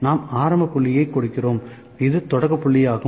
நாம் ஆரம்ப புள்ளியைக் கொடுக்கிறோம் இது தொடக்க புள்ளியாகும்